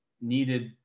needed